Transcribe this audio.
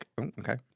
Okay